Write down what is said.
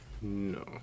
No